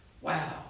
Wow